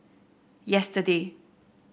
yesterday